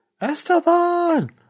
Esteban